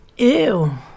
Ew